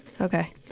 Okay